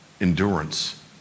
Endurance